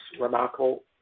remarkable